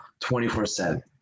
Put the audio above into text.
24-7